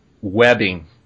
webbing